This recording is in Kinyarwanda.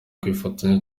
kwifatanya